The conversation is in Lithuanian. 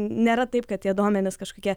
nėra taip kad tie duomenys kažkokie